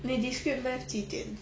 你 discrete math 几点